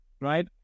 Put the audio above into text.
right